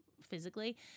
physically